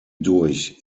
durch